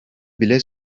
bile